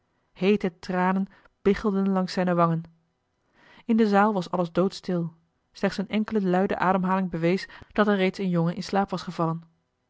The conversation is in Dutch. heete tranen biggelden langs zijne wangen in de zaal was alles doodstil slechts eene enkele luide ademhaling bewees dat er reeds een jongen in slaap was gevallen